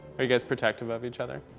are you guys protective of each other?